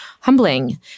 humbling